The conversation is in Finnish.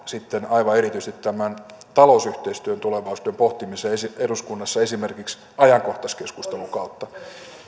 sitten aivan erityisesti tämän talousyhteistyön tulevaisuuden pohtimiseen eduskunnassa esimerkiksi ajankohtaiskeskustelun kautta